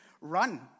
run